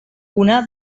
una